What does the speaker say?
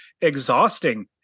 exhausting